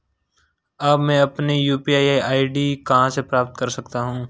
अब मैं अपनी यू.पी.आई आई.डी कहां से प्राप्त कर सकता हूं?